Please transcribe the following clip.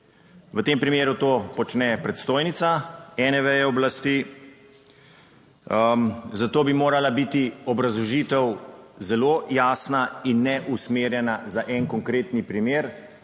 V tem primeru to počne predstojnica ene veje oblasti, zato bi morala biti obrazložitev zelo jasna in ne usmerjena za en konkretni primer,